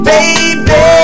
Baby